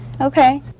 Okay